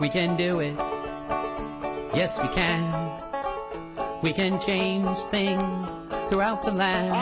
we can do it yes we can we can change things throughout the land